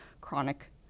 chronic